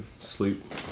sleep